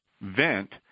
vent